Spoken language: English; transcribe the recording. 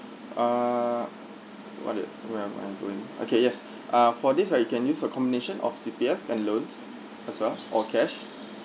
ah one of loan okay yes ah for this right you can use a combination of C_P_F and loans as well or cash